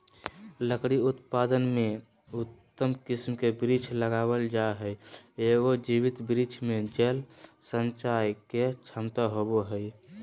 लकड़ी उत्पादन में उत्तम किस्म के वृक्ष लगावल जा हई, एगो जीवित वृक्ष मे जल संचय के क्षमता होवअ हई